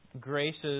graces